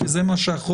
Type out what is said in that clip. כי זה מה שהחוק